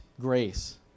grace